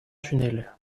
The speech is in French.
tunnel